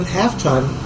halftime